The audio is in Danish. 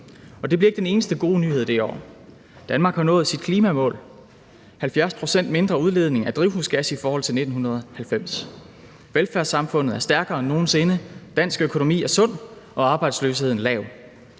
Det bliver ikke den eneste gode nyhed det år. Danmark har nået sit klimamål om 70 pct. mindre udledning af drivhusgasser i forhold til 1990. Velfærdssamfundet er stærkere end nogen sinde, dansk økonomi er sund og arbejdsløsheden lav.